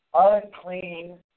unclean